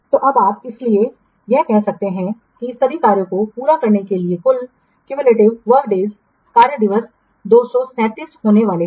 तो अप करने के लिए इसलिए अब आप कह सकते हैं कि सभी कार्यों को पूरा करने के लिए कुल क्यूमयूलेटिव वर्क डेज कार्य दिवस 237 दिन होने वाले हैं